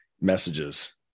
messages